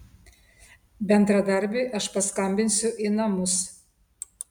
bendradarbiui aš paskambinsiu į namus